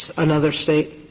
another state?